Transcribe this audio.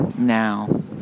now